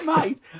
Mate